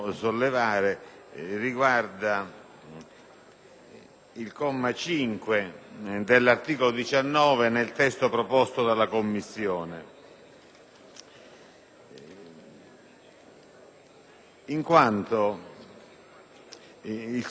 al comma 5 dell'articolo 19 nel testo proposto dalle Commissioni riunite. Il suddetto comma,